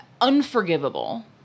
unforgivable